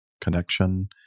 connection